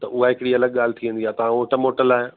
त हूअ हिकिड़ी अलॻि ॻाल्हि थी वेंदी आहे तव्हां उते मोटल आहियां